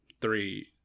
three